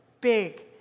big